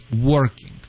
working